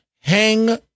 hang